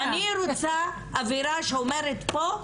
אני רוצה אווירה שאומרת פה,